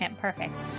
Perfect